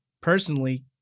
personally